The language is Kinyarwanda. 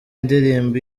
indirimbo